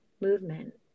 movement